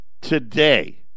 Today